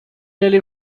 really